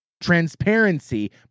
Transparency